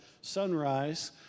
sunrise